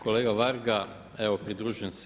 Kolega Varga, evo pridružujem se